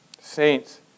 Saints